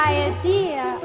idea